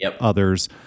others